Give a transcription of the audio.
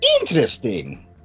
Interesting